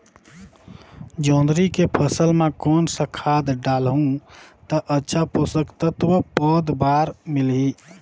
जोंदरी के फसल मां कोन सा खाद डालहु ता अच्छा पोषक तत्व पौध बार मिलही?